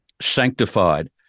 sanctified